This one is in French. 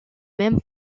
même